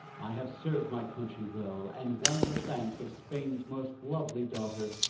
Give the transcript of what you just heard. i have served my country well, and won the thanks of spain's most lovely daughter.